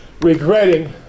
regretting